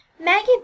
maggie